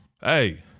Hey